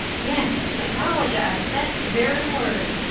yes apologize that's the very word,